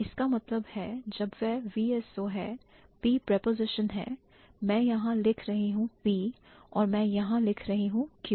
इसका मतलब है जब वह VSO है P preposition है मैं यहां लिख रही हूं P और मैं यहां लिख रही हूं Q